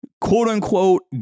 quote-unquote